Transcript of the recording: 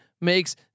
makes